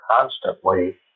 constantly